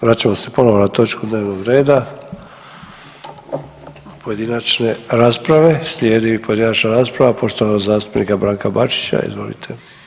Vraćamo se ponovo na točku dnevnog reda pojedinačne rasprave, slijedi pojedinačna rasprava poštovanog zastupnika Branka Bačića, izvolite.